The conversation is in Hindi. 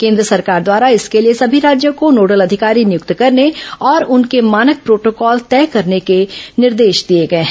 केन्द्र सरकार द्वारा इसके लिए सभी राज्यों को नोडल अधिकारी नियुक्त करने और उनके मानक प्रोटोकॉल तय करने के निर्देश दिए गए हैं